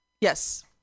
Yes